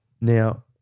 Now